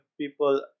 people